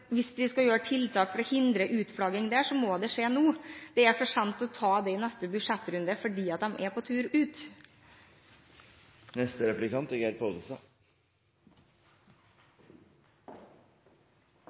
Hvis man skal gjøre tiltak for å hindre utflagging der, må det skje nå. Det er for seint å behandle det i neste budsjettrunde – for de er på tur ut.